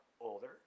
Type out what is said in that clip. older